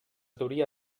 duria